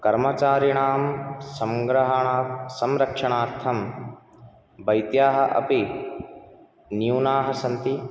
कर्मचारिणां सङ्ग्रहणं संरक्षणार्थं वैद्याः अपि न्यूनाः सन्ति